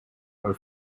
her